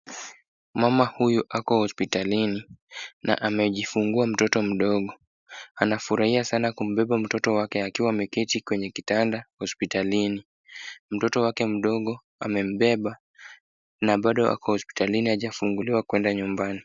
Mama huyu ako hospitalini, na amejifungua mtoto mdogo. Anafurahia sana kumbeba mtoto wake akiwa ameketi kwenye kitanda hospitalini. Mtoto wake mdogo amembeba, na bado ako hospitalini hajafunguliwa kwenda nyumbani.